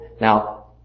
now